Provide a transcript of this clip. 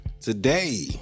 today